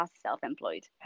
self-employed